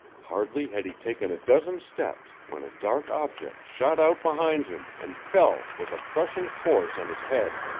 hardly had he taken a dozen steps when a dark object shot out behind him and, fell with crushing force on his head.